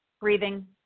breathing